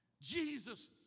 Jesus